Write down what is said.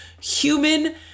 human